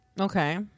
Okay